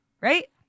Right